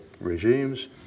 regimes